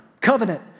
covenant